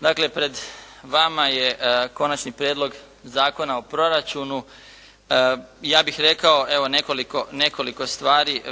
Dakle, pred vama je Konačni prijedlog Zakona o proračunu. Ja bih rekao evo nekoliko stvari